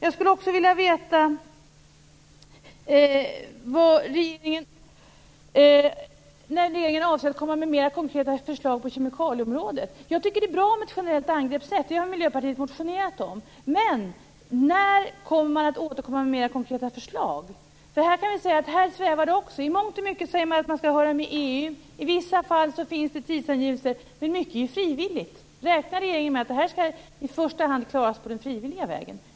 Jag skulle också vilja veta när regeringen avser att komma med mera konkreta förslag på kemikalieområdet. Jag tycker att det är bra med ett generellt angreppssätt. Det har Miljöpartiet motionerat om. Men när återkommer man med mer konkreta förslag? Här svävar det också. I mångt och mycket säger man att man skall höra med EU. I vissa fall finns det tidsangivelser. Men mycket är frivilligt. Räknar regeringen med att det här i första hand skall klaras på den frivilliga vägen?